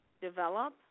develop